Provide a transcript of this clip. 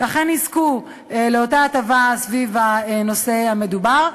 אכן יזכו לאותה הטבה בנושא המדובר.